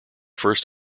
first